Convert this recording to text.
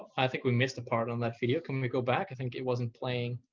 i think we missed the part on that video. can we go back? i think it wasn't playing.